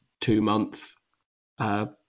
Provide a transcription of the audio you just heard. two-month